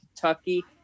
Kentucky